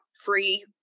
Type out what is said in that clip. free